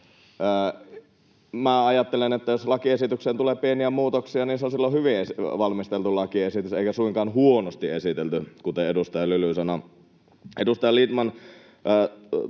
ajattelen, että jos lakiesitykseen tulee pieniä muutoksia, niin se on silloin hyvin valmisteltu lakiesitys eikä suinkaan huonosti esitelty, kuten edustaja Lyly sanoi. Edustaja Lindtman